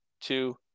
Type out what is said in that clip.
two